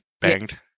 banged